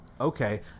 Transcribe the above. okay